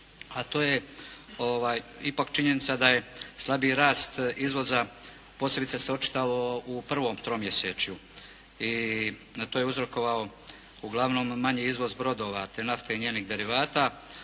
a to je ipak činjenica da je slabiji rast izvoza posebice se očitao u prvom tromjesečju i na to je uzrokovao uglavnom manji izvoz brodova te nafte i njenih derivata